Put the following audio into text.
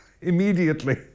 immediately